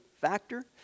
factor